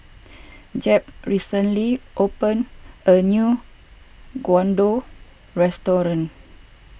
Jeb recently opened a new Gyudon restaurant